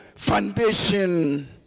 foundation